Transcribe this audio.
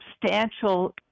substantial